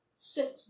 Six